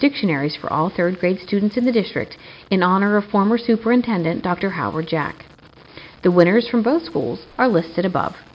dictionaries for all third grade students in the district in honor of former superintendent dr howard jack the winners from both schools are listed above